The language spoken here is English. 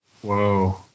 whoa